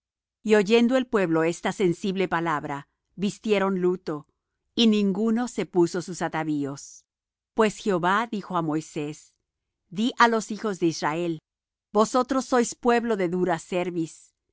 y oyendo el pueblo esta sensible palabra vistieron luto y ninguno se puso sus atavíos pues jehová dijo á moisés di á los hijos de israel vosotros sois pueblo de dura cerviz